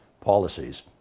policies